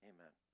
Amen